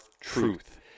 Truth